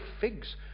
figs